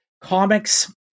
comics